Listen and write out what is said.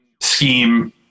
scheme